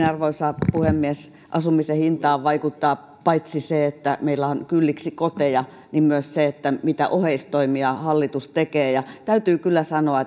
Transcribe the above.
arvoisa puhemies asumisen hintaan vaikuttaa paitsi se että meillä on kylliksi koteja myös se mitä oheistoimia hallitus tekee täytyy kyllä sanoa